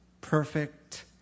perfect